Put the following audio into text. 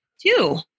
two